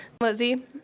Lizzie